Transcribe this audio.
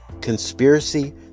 conspiracy